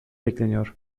bekleniyor